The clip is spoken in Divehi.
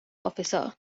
އޮފިސަރ